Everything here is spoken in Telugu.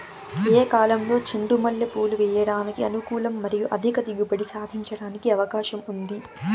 ఏ కాలంలో చెండు మల్లె పూలు వేయడానికి అనుకూలం మరియు అధిక దిగుబడి సాధించడానికి అవకాశం ఉంది?